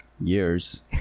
years